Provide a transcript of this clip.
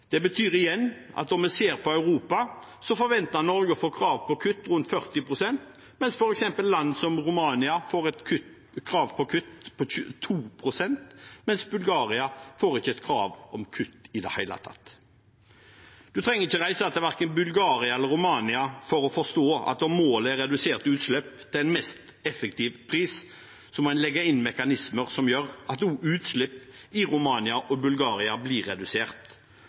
Det betyr igjen at om vi ser på Europa, forventer Norge å få krav på kutt rundt 40 pst., mens f.eks. et land som Romania får et krav om kutt på 22 pst., og Bulgaria får ikke krav om kutt i det hele tatt. En trenger ikke reise til verken Bulgaria eller Romania for å forstå at om målet er redusert utslipp til en mest mulig effektiv pris, må en legge inn mekanismer som gjør at også utslipp i Romania og Bulgaria blir redusert.